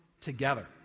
together